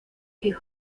hip